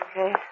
Okay